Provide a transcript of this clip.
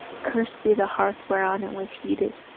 cursed be the hearth whereon it was heated!